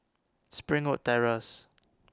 Springwood Terrace